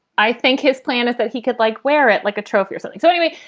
i think his plan is that he could like wear it like a trophy or something. so anyway,